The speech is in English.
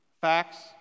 Facts